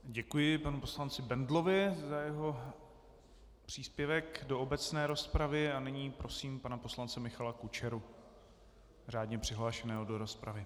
Děkuji panu poslanci Bendlovi za jeho příspěvek do obecné rozpravy a nyní prosím pana poslance Michala Kučeru, řádně přihlášeného do rozpravy.